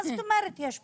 מה זאת אומרת יש פערים?